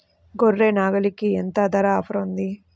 గొర్రె, నాగలికి ఎంత ధర ఆఫర్ ఉంది?